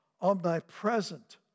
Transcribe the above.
omnipresent